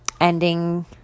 ending